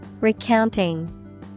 Recounting